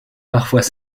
parfois